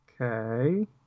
Okay